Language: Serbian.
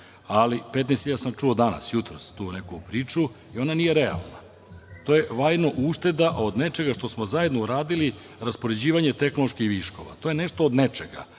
Ali, 15.000 sam čuo danas, jutros, tu neku priču i ona nije realna. To je vajno ušteda od nečega što smo zajedno uradili, raspoređivanje tehnoloških viškova. To je nešto od nečega,